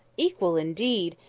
equal, indeed!